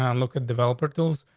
um look at developer tools,